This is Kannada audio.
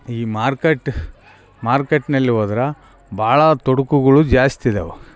ಈ ಮಾರ್ಕಟ್ ಮಾರ್ಕಟ್ನಲ್ಲಿ ಹೋದ್ರ ಭಾಳ ತೊಡಕುಗಳು ಜಾಸ್ತಿ ಇದಾವ